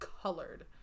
Colored